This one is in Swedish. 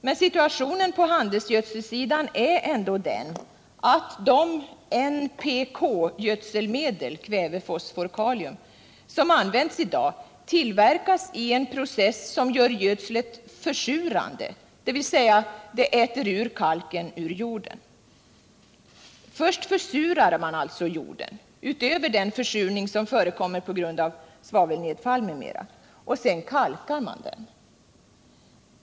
Men situationen på handelsgödselsidan är ändå den, att de NPK-gödselmedel som används i dag tillverkas i en process som gör gödslet försurande, dvs. det äter ut kalken ur jorden. Först försurar man alltså jorden — utöver den försurning som förekommer på grund av svavelnedfall m.m. — och sedan kalkar man den.